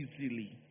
easily